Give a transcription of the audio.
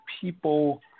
people